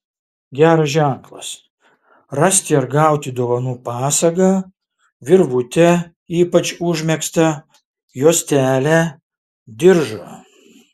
geras ženklas rasti ar gauti dovanų pasagą virvutę ypač užmegztą juostelę diržą